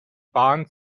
bahn